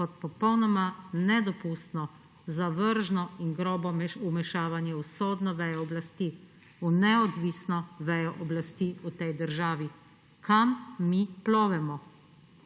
kot popolnoma nedopustno, zavržno in grobo vmešavanje v sodno vejo oblasti, v neodvisno vejo oblasti v tej državi. Kam mi plovemo!